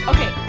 Okay